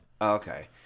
Okay